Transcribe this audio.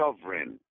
sovereign